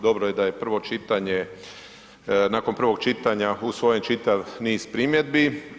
Dobro je da je prvo čitanje, nakon prvog čitanja usvojen čitav niz primjedbi.